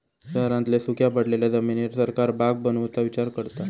शहरांतल्या सुख्या पडलेल्या जमिनीर सरकार बाग बनवुचा विचार करता